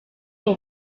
aba